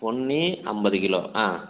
பொன்னி ஐம்பது கிலோ ஆ